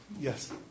Yes